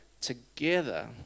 together